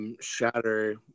Shatter